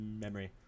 memory